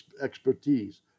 expertise